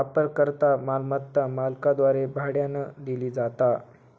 वापरकर्ता मालमत्ता मालकाद्वारे भाड्यानं दिली जाता